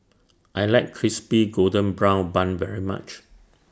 I like Crispy Golden Brown Bun very much